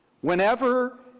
Whenever